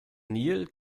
nil